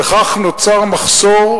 וכך נוצר מחסור,